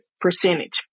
percentage